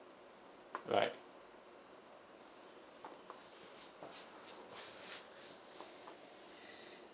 right